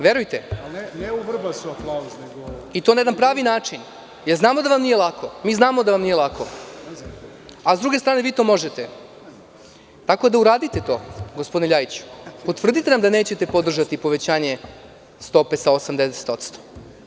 Verujte, i to ne na pravi način, jer znamo da vam nije lako, mi znamo da vam nije lako, a sa druge strane vi to možete, tako da uradite to, gospodine Ljajiću, potvrdite da nećete podržati povećanje stope sa 8 na 10%